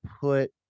put